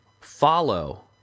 follow